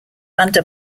under